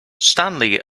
stanley